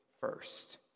first